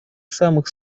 самых